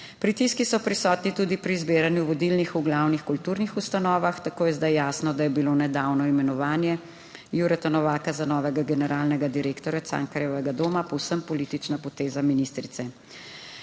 Pritiski so prisotni tudi pri zbiranju vodilnih v glavnih kulturnih ustanovah. Tako je zdaj jasno, da je bilo nedavno imenovanje Jureta Novaka za novega generalnega direktorja Cankarjevega doma povsem politična poteza ministrice.